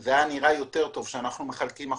זה היה נראה יותר טוב שאנחנו מחלקים מחשבים.